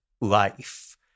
life